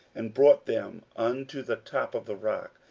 and brought them unto the top of the rock,